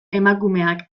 emakumeak